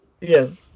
Yes